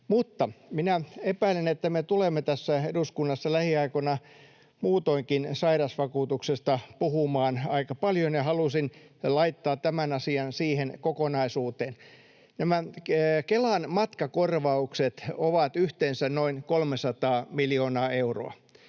Mutta minä epäilen, että me tulemme eduskunnassa lähiaikoina muutoinkin sairausvakuutuksesta puhumaan aika paljon, ja halusin laittaa tämän asian siihen kokonaisuuteen. Nämä Kelan matkakorvaukset ovat yhteensä noin 300 miljoonaa euroa.